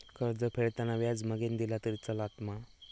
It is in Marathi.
कर्ज फेडताना व्याज मगेन दिला तरी चलात मा?